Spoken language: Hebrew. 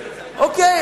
אוקיי,